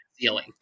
ceiling